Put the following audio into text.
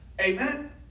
Amen